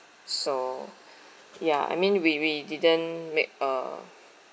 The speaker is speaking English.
so ya I mean we we didn't make a